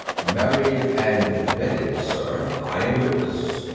married and bedded, sir i am witness.